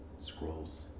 scrolls